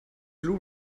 blu